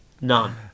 none